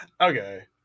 Okay